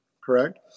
correct